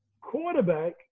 quarterback